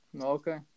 Okay